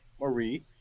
Marie